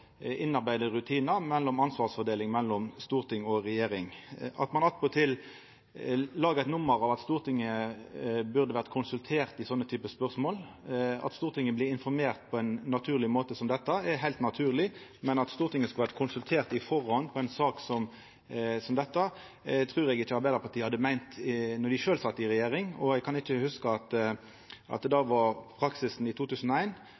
rutinar for ansvarsfordelinga mellom storting og regjering, og at ein attpåtil gjer eit nummer av at Stortinget burde ha vore konsultert i slike typar spørsmål. At Stortinget blir informert på ein måte som dette, er heilt naturleg, men at Stortinget skulle ha vore konsultert på førehand i ei sak som dette, trur eg ikkje Arbeidarpartiet meinte då dei sjølve sat i regjering, og eg kan ikkje hugsa at det var praksisen i